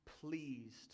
pleased